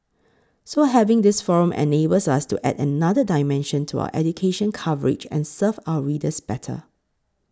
so having this forum enables us to add another dimension to our education coverage and serve our readers better